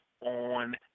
on